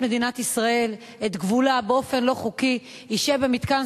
גבולה של מדינת ישראל באופן לא חוקי ישב במתקן